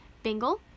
Bingle